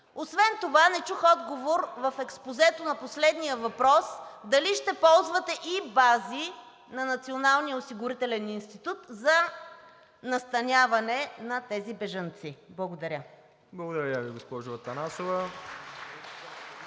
Освен това не чух отговор в експозето на последния въпрос – дали ще ползвате и бази на Националния осигурителен институт за настаняване на тези бежанци? Благодаря. (Ръкопляскания от